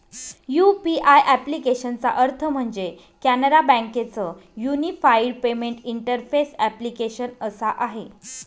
UPI ॲप्लिकेशनचा अर्थ म्हणजे, कॅनरा बँके च युनिफाईड पेमेंट इंटरफेस ॲप्लीकेशन असा आहे